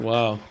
Wow